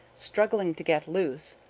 struggling to get loose,